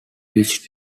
which